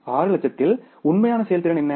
6 லட்சத்தில் உண்மையான செயல்திறன் என்ன